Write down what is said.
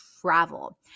travel